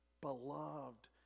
Beloved